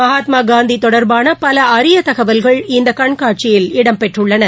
மகாத்மாகாந்தி தொடர்பான பல அரிய தகவல்கள் இந்த கண்காட்சியில் இடம்பெற்றுள்ளன